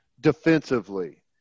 defensively